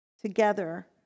together